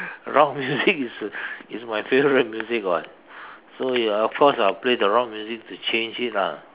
rock music is the is my favourite music [what] so of course I will play the rock music to change it lah